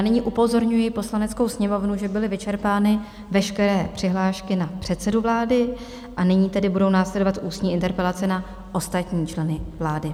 Nyní upozorňuji Poslaneckou sněmovnu, že byly vyčerpány veškeré přihlášky na předsedu vlády, a nyní tedy budou následovat ústní interpelace na ostatní členy vlády.